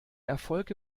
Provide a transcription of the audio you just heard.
erfolg